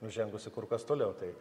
nužengusi kur kas toliau tai